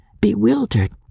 bewildered